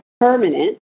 permanent